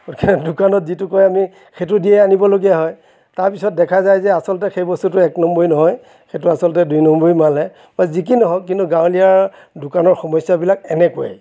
গতিকে দোকানত যিটো কয় আমি সেইটো দিয়ে আনিবলগা হয় তাৰপিছত দেখা যায় যে আচলতে সেই বস্তুটো এক নম্বৰী নহয় সেইটো আচলতে দুই নম্বৰী মালহে বাৰু যি কি নহওক কিন্তু গাঁৱলীয়া দোকানৰ সমস্যাবিলাক এনেকুৱাই